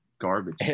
garbage